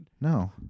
No